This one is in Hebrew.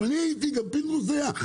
גם אני הייתי וגם פינדרוס היה,